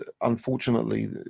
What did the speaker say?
unfortunately